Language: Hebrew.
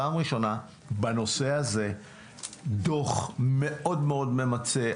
פעם ראשונה שיש בנושא הזה דוח מאוד ממצה.